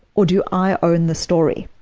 or do i own the story?